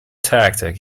tactic